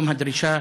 היום הדרישה